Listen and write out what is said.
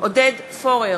עודד פורר,